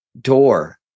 door